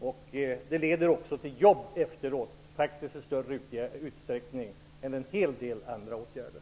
Åtgärden leder också till jobb efteråt i större utsträckning än en hel del andra åtgärder.